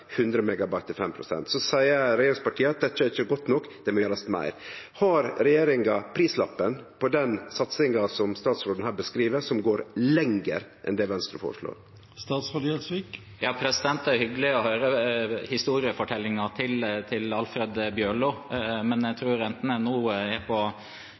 Så seier regjeringspartia at dette ikkje er godt nok, ein må gjere meir. Har regjeringa prislappen på den satsinga som statsråden her beskriv, som går lenger enn det Venstre foreslår? Det er hyggelig å høre historefortellingen til Alfred Bjørlo, men jeg tror enten man er